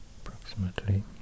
approximately